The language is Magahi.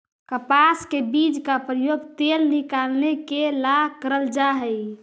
कपास के बीज का प्रयोग तेल निकालने के ला करल जा हई